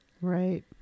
Right